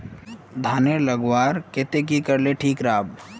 धानेर लगवार केते की करले ठीक राब?